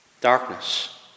Darkness